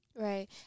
Right